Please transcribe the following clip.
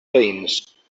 veïns